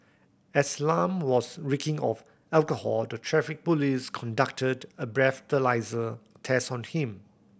as Lam was reeking of alcohol the Traffic Police conducted a breathalyser test on him